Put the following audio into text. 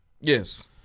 Yes